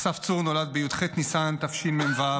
אסף צור נולד בי"ח בניסן תשמ"ו,